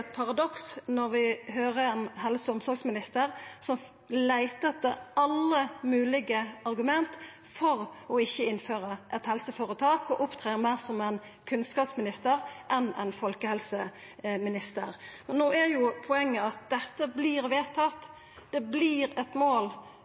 eit paradoks når vi høyrer ein helse- og omsorgsminister som leiter etter alle moglege argument for ikkje å innføra eit helseføretak, og som opptrer meir som ein kunnskapsminister enn ein folkehelseminister. No er poenget at dette vert vedtatt,